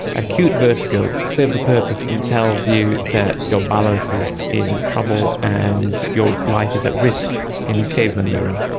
acute vertigo serves a purpose and tells you that your balance is in trouble and your life is at risk, in the caveman era.